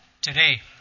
today